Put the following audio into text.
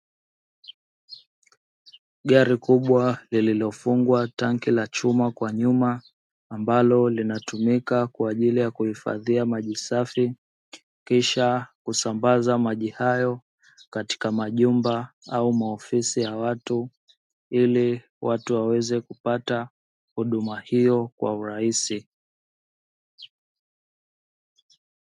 Gari kubwa lililofungwa tanki la chuma kwa nyuma ambalo linatumika kwajili ya kuhifadhia maji safi, kisha kusambaza maji hayo katika majumba au maofisi ya watu ili watu waweze kupata huduma hiyo kwa urahisi.